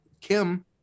Kim